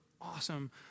awesome